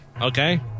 Okay